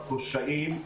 הקשיים,